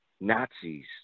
Nazis